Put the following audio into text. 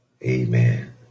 Amen